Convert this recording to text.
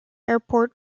airport